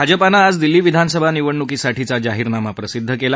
भाजपानं आज दिल्ली विधानसभा निवडणूकासाठीचा जाहिरनामा प्रसिद्ध केला